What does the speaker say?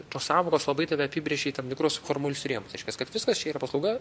tos sąvokos labai tave apibrėžia į tam tikrus formalius rėmus reiškias kad viskas čia yra paslauga